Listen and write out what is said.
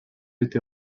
été